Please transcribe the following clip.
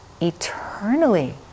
eternally